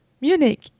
Munich